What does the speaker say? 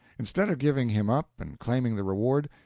instead of giving him up and claiming the reward,